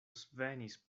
svenis